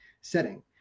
setting